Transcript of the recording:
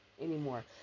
anymore